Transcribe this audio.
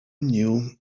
knew